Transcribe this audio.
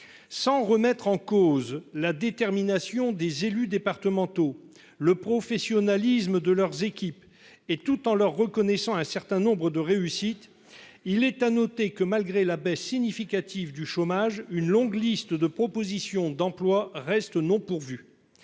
sans remettre en cause la détermination des élus départementaux le professionnalisme de leurs équipes et tout en leur reconnaissant un certain nombre de réussite, il est à noter que, malgré la baisse significative du chômage, une longue liste de propositions d'emploi restent non pourvus